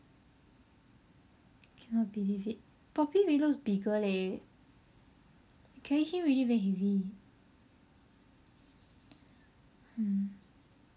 cannot believe it poppy really looks bigger leh carry him really very heavy mm